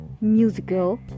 musical